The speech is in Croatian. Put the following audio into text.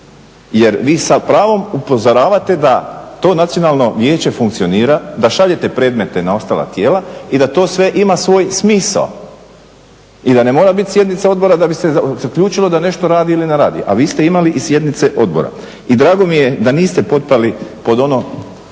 Jer vi sa pravom upozoravate da to nacionalno vijeće funkcionira, da šaljete predmete na ostala tijela i da to sve ima svoj smisao i da ne mora biti sjednica odbora da bi se zaključilo da nešto radi ili ne radi, a vi ste imali i sjednice odbora. I drago mi je da niste potpali pod ono